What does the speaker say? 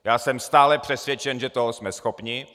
Já jsem stále přesvědčen, že toho jsme schopni.